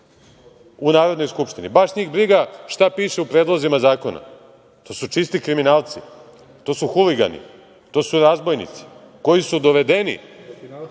u Narodnoj skupštini. Baš njih briga šta piše u predlozima zakona. To su čisti kriminalci. To su huligani, to su razbojnici koji su dovedeni